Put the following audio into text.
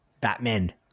Batman